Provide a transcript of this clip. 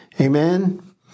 Amen